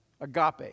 Agape